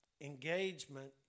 engagement